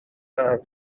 car